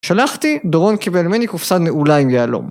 שלחתי, דורון קיבל ממני קופסה נעולה עם יהלום.